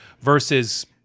versus